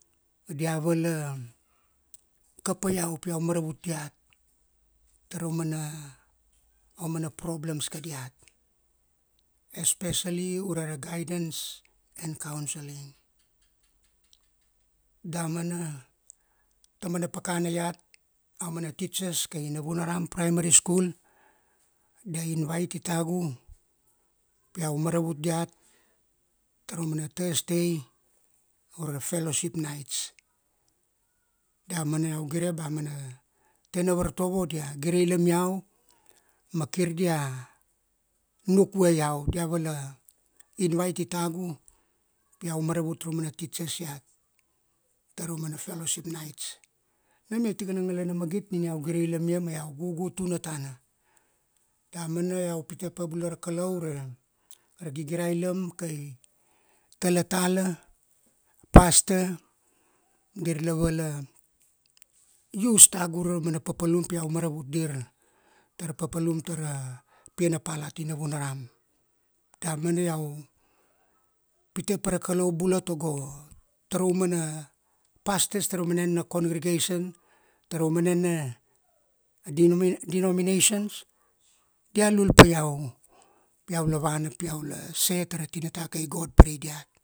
Ma dia vala, kapa iau pi iau maravut diat tara umana problems kadiat. Especially ure ra guidance and couselling. Damana taumana pakana iat, amana teachers kai Navunaram Primary School, dia invaiti tagu, pi iau maravut diat tara mana Thursday ure ra fellowship nights. Damana iau gire ba mana, tenavartovo dia gireilam iau, ma kir dia nukvue iau. Dia vala invaiti tagu, pi iau maravut ra mana teachers iat tarauman fellowshpi nights. Nam ia tikana ngalana magit ni iau gireilam ia ma iau gugu tuna tana. Damana iau pite pa bula ra Kalau, ure ra gigirailam kai talatala, a pastor, dirla vala use tagu ure ra mana papalum pi iau maravut dir tara papalum tara piana pal ati navunaram. Damana iau pite pa ra Kalau bula tago, tara umana pastors tara umana enena congregation, tara mana enena denomi- denominations, dia lul pa iau, pi iau la vana ma share tara tinata kai God pirai diat.